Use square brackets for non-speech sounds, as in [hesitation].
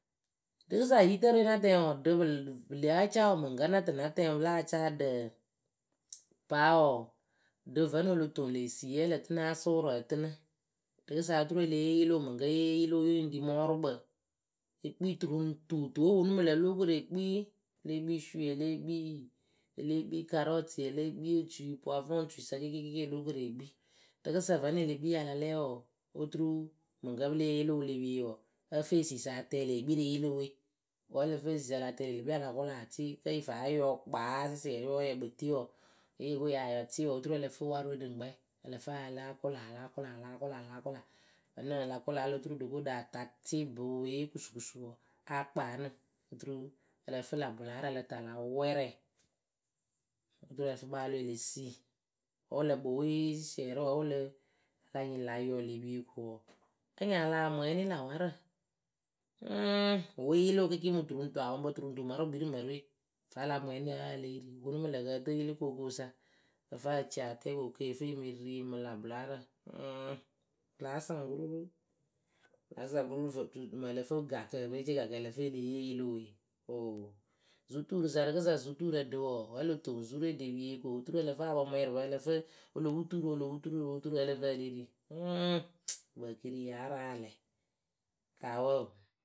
Rɨɨsa yitǝrɨwe na tɛŋ wɔɔ, ɖɨ pɨ lɨ, pɨ lea caa wɨ mɨŋ kǝ́ nǝ tɨ na tɛŋ pɨ láa caa ɖǝǝǝ Paa wɔɔ ɖɨ vǝ́nɨŋ lo toŋ lë esiiye lǝ tɨnɨ áa sʊʊrʊ ǝ tɨnɨ. Rɨɨsa oturu e le yee yɩlɩʊ mɨŋ kǝ́ yée yee yɩlɩʊ yɨ ŋ ɖi mɔɔrʊkpǝ. Ée kpii tu ru ŋ tu tuwe wɨ ponu mɨ lǝ̈ o lóo koru ekpii, e lée kpii suui e lée kpii, e lée kpii karɔtɨyǝ e lée kpii otui pwavɨrɔŋ tuisa kɩɩkɩ, kɩɩkɩ kɩɩkɩ o lóo koru ekpii. Rɨkɨsa vǝ́nɨŋ e le kpii yɨ a la lɛɛ wɔɔ, oturu mɨŋ kǝ́ pɨ lée yee yɩlɩʊ wɨ le pie wɔɔ, ǝ́ǝ fɨ esiisa atɛɛlɩ ekpii rɨ yɩlɩʊwe. Wǝ́ ǝlǝ fɨ esiisa a la tɛɛlɩ e le kpii a la kʊla tɩ, kǝ́ yɨ faa yɔɔ kpaa sɨsiɛrɩ wǝ́ yǝ kpɨ tɩ wɔɔ, wǝ́ yo ko yah yɔɔ tɩ wɔɔ, oturu ǝ lǝ fɨ warɨwe ɖɨŋkpɛ ǝ lǝ fɨ a ya láa kʊla láa kʊla, láa kʊla láa kʊla. Vǝ́nɨŋ la kʊla o lo turu ɖo ko ɖah ta tɩ boo yee kusu kusu wɔ, áa kpaa ǝnɨ. Oturu ǝ lǝ fɨ lä bʊlaarǝ ǝ lǝ tɨ a la wɛrɛ. Oturu ǝ lǝ fɨ kpaalʊ e le sii, wǝ́ wɨ lǝ kpɨ wɩɩ sɨsiɛrɩ wǝ wɨ lǝ, a la nyɩŋ la yɔɔ le pie ko wɔɔ, anyɩŋ a lah mwɛɛnɩ lä warǝ. Hɨɨɨŋ, ŋ wɨ we yɩlɩʊ kɩɩkɩ mɨ tu ru ŋ tu apɔŋpǝ tu ru ŋ tu wɨ kpii rɨ mǝrɨwe Vǝ́ a la mwɛɛnɩ wǝ́ a lée ri, wɨ ponu mɨ lǝ̈ kɨ ǝ tɨɨ yɩlɩkookoowɨsa, kɨ ǝ fɨ a tie a tɛɛ ko ke fe e mɨ ri mɨ lä bʊlaarǝ, hɨɨɨŋ! Wɨ láa saŋ kururu, wɨ láa saŋ kururu vǝ́ mɨŋ ǝ lǝ fɨ gakǝ kɨperecekakǝ ǝ lǝ fɨ e le yee yɩlɩʊwe, ooo! Zutuurɨsa rɨkɨsa zutuurǝ ɖɨ wɔɔ, wǝ́ o lo toŋ zurɨwe ɖe pie ko turu ǝ lǝ fɨ apɔŋmwɛɛrɨpǝ ǝ lǝ fɨ o lo putu rɨ o lo putu rɨ o lo putu rɨ wǝ́ ǝ lǝ fɨ ǝ lée ri! Hɨɨɨŋ [hesitation] ǝkǝǝkeerii yáa raŋ aalɛɛ, paa wɔɔ.